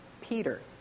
Peter